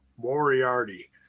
Moriarty